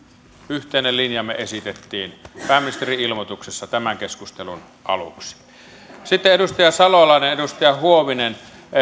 yhteinen linjamme esitettiin pääministerin ilmoituksessa tämän keskustelun aluksi sitten edustaja salolainen ja edustaja huovinen